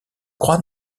crois